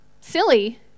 silly